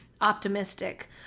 optimistic